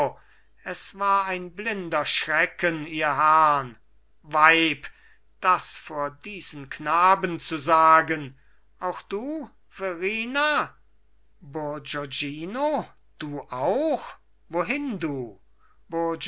es war ein blinder schrecken ihr herrn weib das vor diesen knaben zu sagen auch du verrina bourgognino du auch wohin du